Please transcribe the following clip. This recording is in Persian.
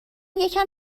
یکم